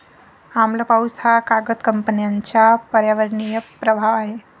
आम्ल पाऊस हा कागद कंपन्यांचा पर्यावरणीय प्रभाव आहे